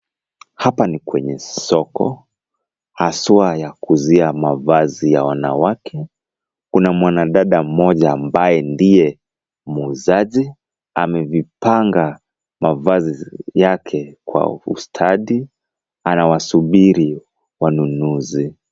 Hapa ni kwenye soko, haswa ya kuuzia mavazi ya wanawake. Kuna mwanadada mmoja ambaye ndiye muuzaji, amevipanga mavazi yake kwa ustadi, anawasubiri wanunuzi.